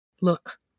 Look